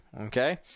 Okay